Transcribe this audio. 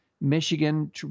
Michigan